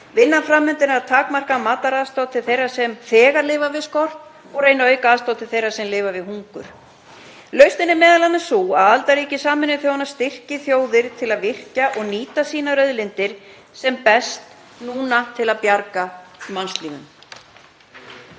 Vinnan fram undan er að takmarka mataraðstoð til þeirra sem þegar lifa við skort og reyna að auka aðstoð til þeirra sem lifa við hungur. Lausnin er m.a. sú að aðildarríki Sameinuðu þjóðanna styrki þjóðir til að virkja og nýta sínar auðlindir sem best núna til að bjarga mannslífum.